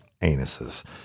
anuses